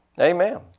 Amen